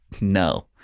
no